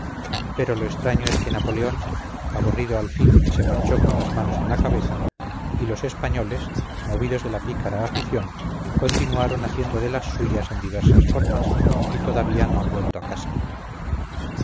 pero lo extraño es que napoleón aburrido al fin se marchó con las manos en la cabeza y los españoles movidos de la pícara afición continuaron haciendo de las suyas en diversas formas y todavía no han vuelto a casa